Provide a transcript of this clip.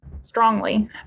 strongly